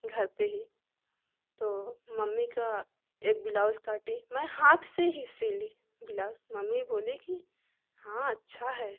घर पे ही तो मम्मी का एक बिलाउज काटे मैं हाथ से ही सीली बिलाउज मम्मी बोली कि हाँ अच्छा है